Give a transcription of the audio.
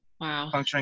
Wow